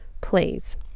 Please